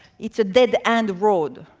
it's a dead end road.